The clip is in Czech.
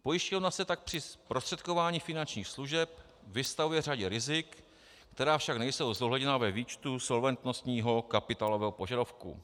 Pojišťovna se tak při zprostředkování finančních služeb vystavuje řadě rizik, která však nejsou zohledněna ve výčtu solventnostního kapitálového požadavku.